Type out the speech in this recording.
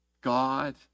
God